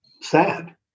sad